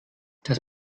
das